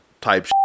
type